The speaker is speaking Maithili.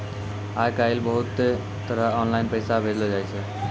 आय काइल बहुते तरह आनलाईन पैसा भेजलो जाय छै